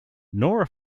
nora